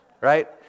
right